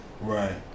Right